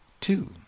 two